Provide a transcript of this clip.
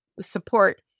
support